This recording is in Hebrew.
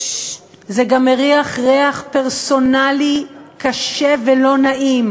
זה גם מריח ריח פרסונלי קשה ולא נעים.